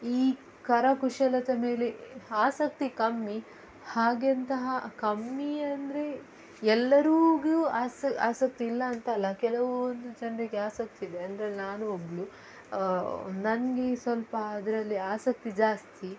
ಈ ಕರಕುಶಲದ ಮೇಲೆ ಆಸಕ್ತಿ ಕಮ್ಮಿ ಹಾಗೆಂತಹ ಕಮ್ಮಿ ಅಂದರೆ ಎಲ್ಲರಿಗೆ ಆಸ್ ಆಸಕ್ತಿ ಇಲ್ಲ ಅಂತಲ್ಲ ಕೆಲವೊಂದು ಜನರಿಗೆ ಆಸಕ್ತಿ ಇದೆ ಅಂದರೆ ನಾನು ಒಬ್ಬಳು ನನಗೆ ಸ್ವಲ್ಪ ಅದರಲ್ಲಿ ಆಸಕ್ತಿ ಜಾಸ್ತಿ